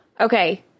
Okay